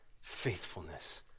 faithfulness